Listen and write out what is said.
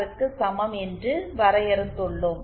க்கு சமம் என்று வரையறுத்துள்ளோம்